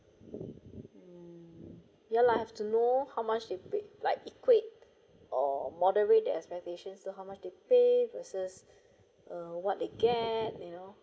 mm ya lah to know how much they paid like equate or moderate they have transactions of how much they paid versus uh what they get you know